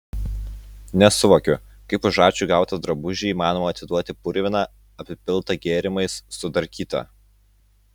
nesuvokiu kaip už ačiū gautą drabužį įmanoma atiduoti purviną apipiltą gėrimais sudarkytą